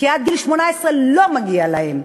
כי עד גיל 18 לא מגיע להם.